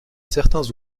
certains